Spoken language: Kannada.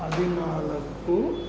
ಹದಿನಾಲ್ಕು